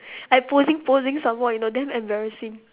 I posing posing some more you know damn embarrassing